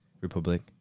Republic